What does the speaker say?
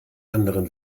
anderem